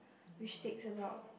which takes about